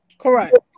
Correct